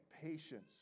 patience